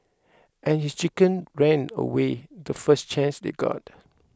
and his chicken ran away the first chance they got